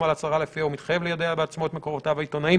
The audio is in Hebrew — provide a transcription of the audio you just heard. על הצהרה לפיה הוא מתחייב ליידע בעצמו את מקורותיו העיתונאים